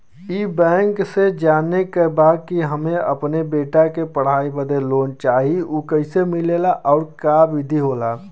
ई बैंक से जाने के बा की हमे अपने बेटा के पढ़ाई बदे लोन चाही ऊ कैसे मिलेला और का विधि होला?